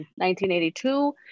1982